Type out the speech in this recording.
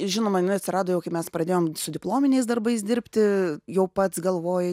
žinoma jinai atsirado jau kai mes pradėjom su diplominiais darbais dirbti jau pats galvoji